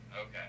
Okay